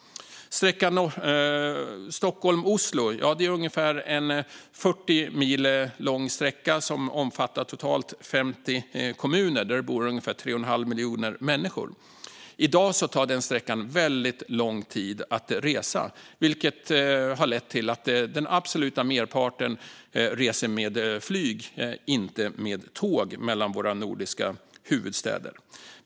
Sträckan Stockholm-Oslo är ungefär 40 mil lång och passerar totalt 50 kommuner där det bor ungefär 3 1⁄2 miljon människor. I dag tar den sträckan väldigt lång tid att resa, vilket har lett till att den absoluta merparten reser med flyg och inte tåg mellan våra nordiska huvudstäder.